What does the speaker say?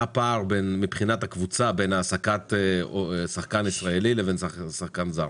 מה הפער מבחינת הקבוצה בין העסקת שחקן ישראלי לבין שחקן זר?